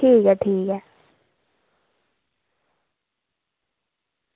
ठीक ऐ ठीक ऐ